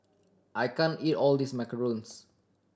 I can't eat all of this macarons